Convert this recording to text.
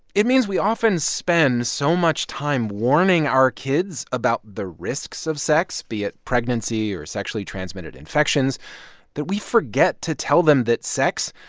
it means we often spend so much time warning our kids about the risks of sex be it pregnancy or sexually transmitted infections that we forget to tell them that sex,